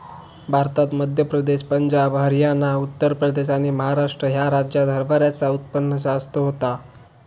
भारतात मध्य प्रदेश, पंजाब, हरयाना, उत्तर प्रदेश आणि महाराष्ट्र ह्या राज्यांत हरभऱ्याचा उत्पन्न जास्त होता